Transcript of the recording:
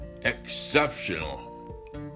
Exceptional